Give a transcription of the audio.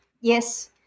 Yes